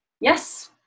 yes